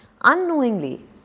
unknowingly